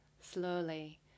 Slowly